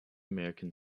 american